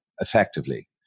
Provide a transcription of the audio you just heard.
effectively